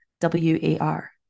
W-A-R